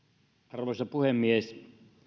arvoisa puhemies